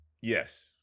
Yes